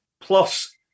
Plus